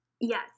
yes